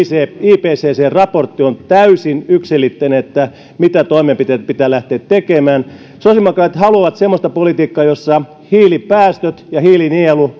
se ipccn raportti on täysin yksiselitteinen että mitä toimenpiteitä pitää lähteä tekemään sosiaalidemokraatit haluavat semmoista politiikkaa jossa hiilipäästöt ja hiilinielut